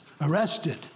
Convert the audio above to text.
arrested